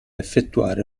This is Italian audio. effettuare